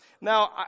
Now